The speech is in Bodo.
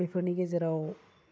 बेफोरनि गेजेराव